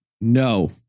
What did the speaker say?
no